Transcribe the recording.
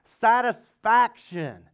satisfaction